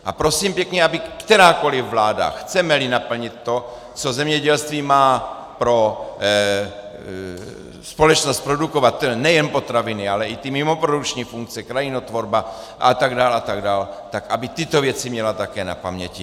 A prosím pěkně, aby kterákoliv vláda, chcemeli naplnit to, co zemědělství má pro společnost produkovat, nejen potraviny, ale i ty mimoprodukční funkce, krajinotvorba atd., tak aby tyto věci měla také na paměti.